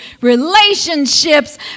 relationships